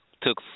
took